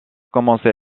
commencé